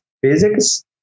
physics